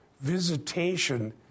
visitation